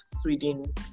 Sweden